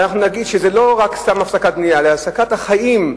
ונגיד שזה לא רק סתם הפסקת בנייה אלא הפסקת החיים,